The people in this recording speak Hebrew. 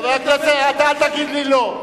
חבר הכנסת, אתה אל תגיד לי לא.